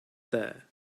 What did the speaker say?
there